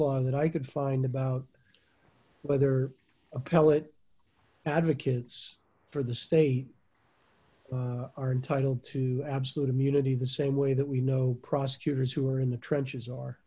law that i could find about whether appellate advocates for the state are entitled to absolute immunity the same way that we know prosecutors who are in the trenches